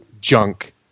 junk